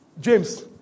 James